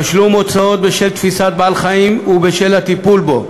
תשלום הוצאות בשל תפיסת בעל-חיים ובשל הטיפול בו,